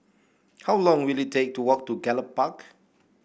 how long will it take to walk to Gallop Park